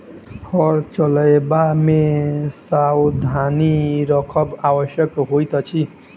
हर चलयबा मे सावधानी राखब आवश्यक होइत अछि